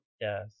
Yes